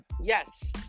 yes